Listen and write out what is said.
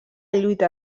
lluita